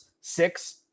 six